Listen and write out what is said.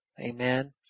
Amen